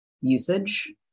usage